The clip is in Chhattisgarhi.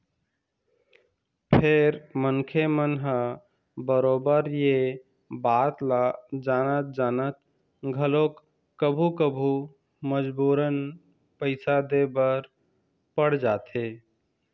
फेर मनखे मन ह बरोबर ये बात ल जानत जानत घलोक कभू कभू मजबूरन पइसा दे बर पड़ जाथे